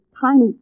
tiny